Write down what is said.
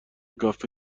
کافه